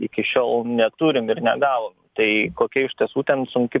iki šiol neturim ir negavom tai kokia iš tiesų ten sunki